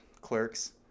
clerks